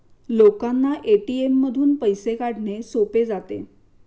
लोकांना ए.टी.एम मधून पैसे काढणे सोपे जाते